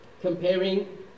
comparing